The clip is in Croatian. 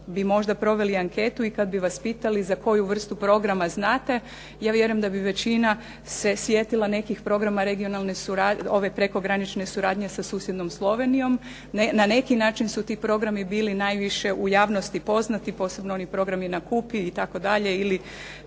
možda proveli anketu i kad bi vas pitali za koju vrstu programa znate, ja vjerujem da bi većina se sjetila nekih programa regionalne, ove prekogranične suradnje sa susjednom Slovenijom. Na neki način su ti programi bili najviše u javnosti poznati, posebno onih programi na Kupi itd. ili